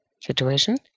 situation